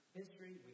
history